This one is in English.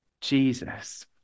Jesus